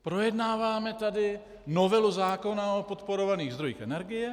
Projednáváme tady novelu zákona o podporovaných zdrojích energie.